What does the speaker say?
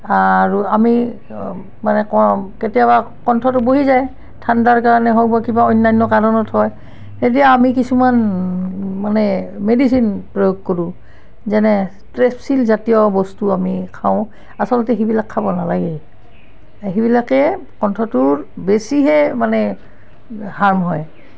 আৰু আমি মানে কম কেতিয়াবা কণ্ঠটো বহি যায় ঠাণ্ডাৰ কাৰণে হওক বা কিবা অন্যান্য কাৰণত হয় এতিয়া আমি কিছুমান মানে মেডিচিন প্ৰয়োগ কৰোঁ যেনে ষ্ট্ৰেপচিল জাতীয় বস্তু আমি খাওঁ আচলতে সিবিলাক খাব নালাগে সিবিলাকে কণ্ঠটোৰ বেছিহে মানে হাৰ্ম হয়